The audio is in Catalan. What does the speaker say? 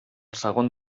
segon